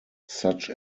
such